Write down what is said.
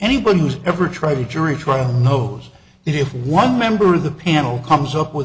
anybody who's ever tried a jury trial knows if one member of the panel comes up with